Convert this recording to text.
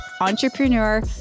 entrepreneur